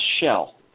shell